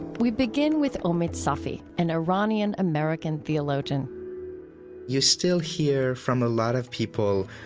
we begin with omid safi, an iranian-american theologian you still hear from a lot of people,